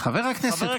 חבר הכנסת כהן.